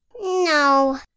No